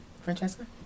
Francesca